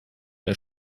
der